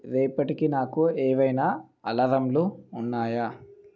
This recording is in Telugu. రేపటికి నాకు ఏవైనా అలారంలు ఉన్నాయా